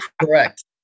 Correct